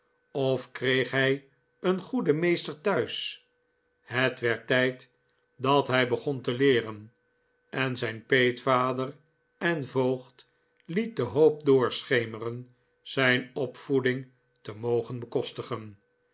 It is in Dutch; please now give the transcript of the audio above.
of kreeg hij een goeden meester thuis het werd tijd dat hij begon te leeren en zijn peetvader en voogd liet de hoop doorschemeren zijn opvoeding te mogen bekostigen